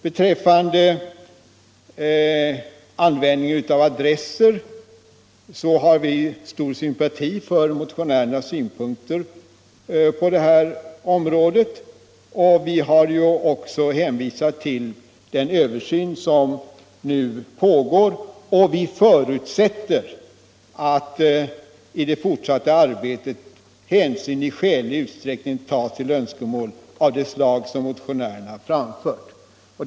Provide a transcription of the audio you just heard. Beträffande användning av adresser har vi stor sympati för motionärernas synpunkter och har hänvisat till den översyn som nu pågår. Vi förutsätter att i det fortsatta arbetet hänsyn i skälig utsträckning tas till önskemål av det slag som motionärerna framfört.